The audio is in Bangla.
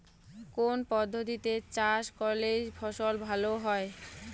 কোন পদ্ধতিতে চাষ করলে ফসল ভালো হয়?